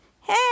hey